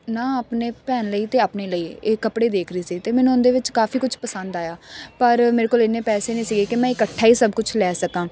ਨਾ ਆਪਣੇ ਭੈਣ ਲਈ ਅਤੇ ਆਪਣੇ ਲਈ ਇਹ ਕੱਪੜੇ ਦੇਖ ਰਹੇ ਸੀ ਅਤੇ ਮੈਨੂੰ ਉਹਦੇ ਵਿੱਚ ਕਾਫੀ ਕੁਛ ਪਸੰਦ ਆਇਆ ਪਰ ਮੇਰੇ ਕੋਲ ਇੰਨੇ ਪੈਸੇ ਨਹੀਂ ਸੀਗੇ ਕਿ ਮੈਂ ਇਕੱਠਾ ਹੀ ਸਭ ਕੁਝ ਲੈ ਸਕਾਂ